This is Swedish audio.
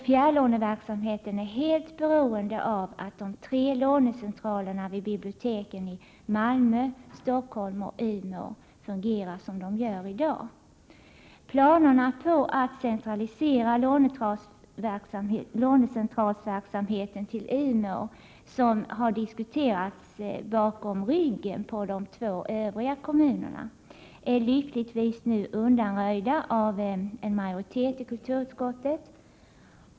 Fjärrlåneverksamheten är helt beroende av att de tre lånecentralerna vid biblioteken i Malmö, Stockholm och Umeå fungerar som de gör i dag. Planerna på att centralisera lånecentralsverksamheten till Umeå, som har diskuterats bakom ryggen på de två övriga kommunerna, är lyckligtvis nu undanröjda av en majoritet i kulturutskottet.